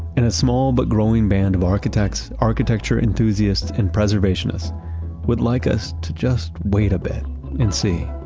and a small but growing band of architects, architecture enthusiasts and preservationist would like us to just wait a bit and see.